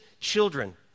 children